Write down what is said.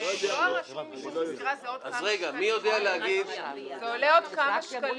------ זה עולה עוד כמה שקלים,